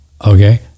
okay